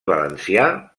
valencià